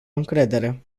încredere